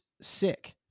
sick